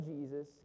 Jesus